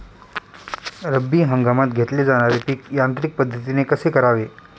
रब्बी हंगामात घेतले जाणारे पीक यांत्रिक पद्धतीने कसे करावे?